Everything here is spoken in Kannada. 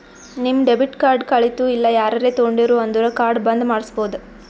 ನಿಮ್ ಡೆಬಿಟ್ ಕಾರ್ಡ್ ಕಳಿತು ಇಲ್ಲ ಯಾರರೇ ತೊಂಡಿರು ಅಂದುರ್ ಕಾರ್ಡ್ ಬಂದ್ ಮಾಡ್ಸಬೋದು